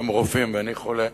הם רופאים ואני חולה.